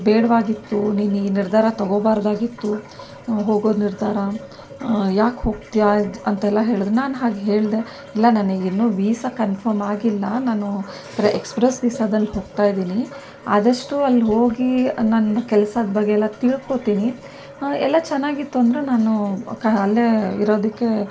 ಬೇಡವಾಗಿತ್ತು ನೀನು ಈ ನಿರ್ಧಾರ ತೊಗೊಳ್ಬಾರ್ದಾಗಿತ್ತು ಹೋಗೋ ನಿರ್ಧಾರ ಯಾಕೆ ಹೋಗ್ತೀಯ ಅಂತ ಅಂತೆಲ್ಲ ಹೇಳಿದ್ದರು ನಾನು ಹಾಗೆ ಹೇಳಿದೆ ಇಲ್ಲ ನನಗಿನ್ನೂ ವಿಸಾ ಕನ್ಫರ್ಮ್ ಆಗಿಲ್ಲ ನಾನು ಪ್ರೆ ಎಕ್ಸ್ಪ್ರೆಸ್ ವೀಸಾದಲ್ಲಿ ಹೋಗ್ತಾಯಿದ್ದೀನಿ ಆದಷ್ಟು ಅಲ್ಲಿ ಹೋಗಿ ನನ್ನ ಕೆಲ್ಸದ ಬಗ್ಗೆ ಎಲ್ಲ ತಿಳ್ಕೊಳ್ತೀನಿ ಎಲ್ಲ ಚೆನ್ನಾಗಿತ್ತು ಅಂದರೆ ನಾನು ಅಲ್ಲೇ ಇರೋದಕ್ಕೆ